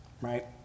right